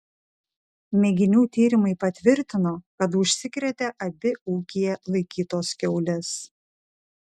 mėginių tyrimai patvirtino kad užsikrėtė abi ūkyje laikytos kiaulės